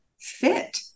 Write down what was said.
fit